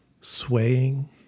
swaying